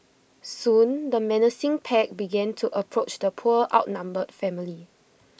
soon the menacing pack began to approach the poor outnumbered family